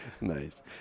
nice